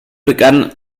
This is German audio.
begann